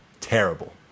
terrible